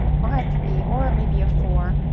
or a three, or maybe a four,